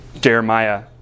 Jeremiah